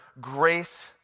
grace